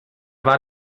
war